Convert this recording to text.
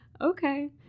okay